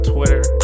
Twitter